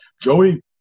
Joey